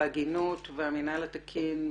ההגינות והמנהל התקין,